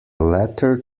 latter